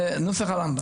זה נוסח הרמב"ם.